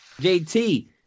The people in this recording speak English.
JT